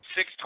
Six